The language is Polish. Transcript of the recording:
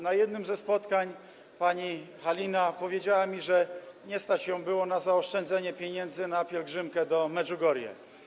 Na jednym ze spotkań pani Halina powiedziała mi, że nie stać jej było na zaoszczędzenie pieniędzy na pielgrzymkę do Medziugorie.